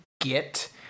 get